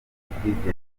cy’ubwigenge